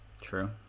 True